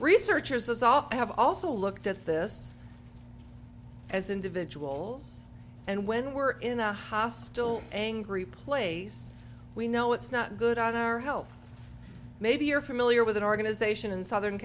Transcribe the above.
researchers as all have also looked at this as individuals and when we're in a hostile angry place we know it's not good on our health maybe you're familiar with an organization in southern